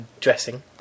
dressing